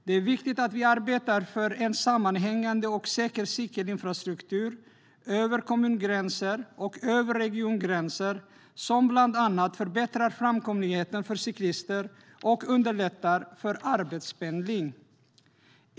Det är viktigt att vi arbetar för en sammanhängande och säker cykelinfrastruktur över kommungränser och över regiongränser som bland annat förbättrar framkomligheten för cyklister och underlättar för arbetspendling.